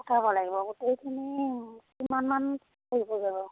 আঁতৰাব লাগিব গোটেইখিনি কিমান মান পৰিবগে বাৰু